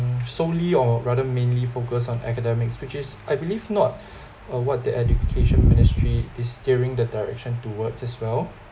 mm solely or rather mainly focus on academics which is I believe not uh what the education ministry is steering the direction towards as well